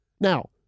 Now